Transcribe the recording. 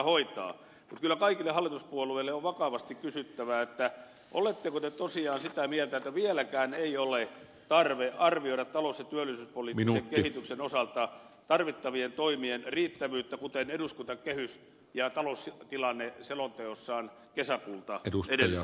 mutta kyllä kaikilta hallituspuolueilta on vakavasti kysyttävä oletteko te tosiaan sitä mieltä että vieläkään ei ole tarve arvioida talous ja työllisyyspoliittisen kehityksen osalta tarvittavien toimien riittävyyttä kuten eduskuntakehys ja taloustilanne selonteossaan kesäkuulta edellytti